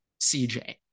CJ